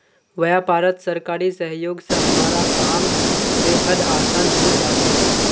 व्यापारत सरकारी सहयोग स हमारा काम बेहद आसान हइ जा छेक